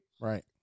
Right